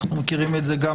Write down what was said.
אנחנו מכירים את זה גם